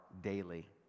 daily